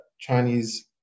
Chinese